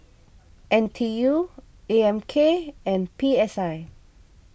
N T U A M K and P S I